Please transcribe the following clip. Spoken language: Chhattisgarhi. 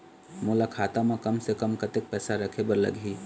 मोला खाता म कम से कम कतेक पैसा रखे बर लगही?